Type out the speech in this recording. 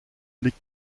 liegt